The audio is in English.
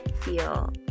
feel